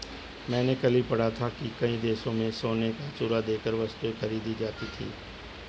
मैंने कल ही पढ़ा था कि कई देशों में सोने का चूरा देकर वस्तुएं खरीदी जाती थी